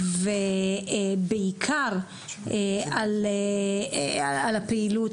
ובעיקר על הפעילות,